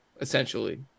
essentially